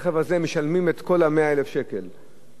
משלמות את כל 100,000 השקל למבוטח,